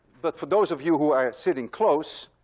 but for those of you who are sitting close,